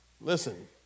Listen